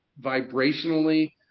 vibrationally